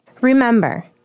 Remember